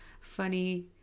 funny